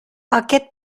aquest